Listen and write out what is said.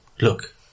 Look